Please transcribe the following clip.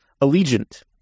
Allegiant